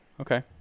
Okay